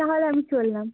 তাহলে আমি চললাম